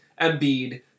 Embiid